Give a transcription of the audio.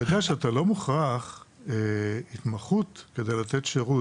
אתה יודע שאתה לא חייב התמחות כדי לתת שירות.